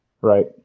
Right